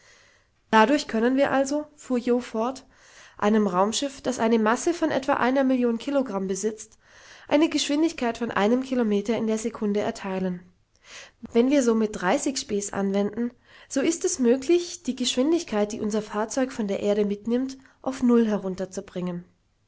dadurch können wir also fuhr jo fort einem raumschiff das eine masse von etwa einer million kilogramm besitzt eine geschwindigkeit von einem kilometer in der sekunde erteilen wenn wir somit dreißig spes anwenden so ist es möglich die geschwindigkeit die unser fahrzeug von der erde mitnimmt auf null herunterzubringen